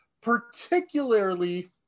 particularly